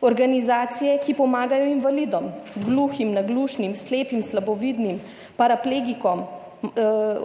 organizacije, ki pomagajo invalidom, gluhim, naglušnim, slepim, slabovidnim, paraplegikom,